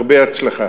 הרבה הצלחה.